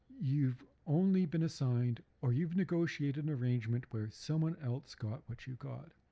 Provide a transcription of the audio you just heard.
you've only been assigned or you've negotiated an arrangement where someone else got what you got.